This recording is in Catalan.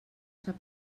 sap